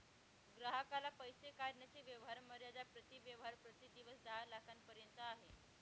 ग्राहकाला पैसे काढण्याची व्यवहार मर्यादा प्रति व्यवहार प्रति दिवस दहा लाखांपर्यंत आहे